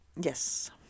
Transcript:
yes